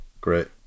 great